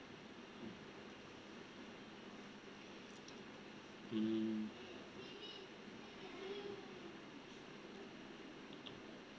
mm